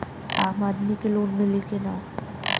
आम आदमी के लोन मिली कि ना?